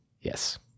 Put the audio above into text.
Yes